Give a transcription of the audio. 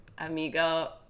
Amigo